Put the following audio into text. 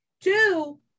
Two